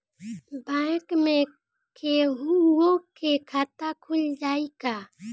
Bank में केहूओ के खाता खुल जाई का?